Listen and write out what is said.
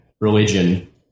religion